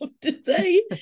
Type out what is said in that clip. today